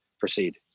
proceed